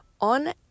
on